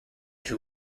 who